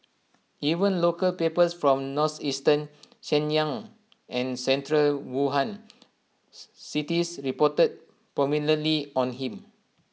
even local papers from northeastern Shenyang and central Wuhan C cities reported prominently on him